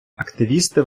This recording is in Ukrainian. активісти